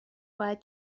باید